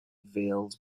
veils